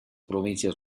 provincias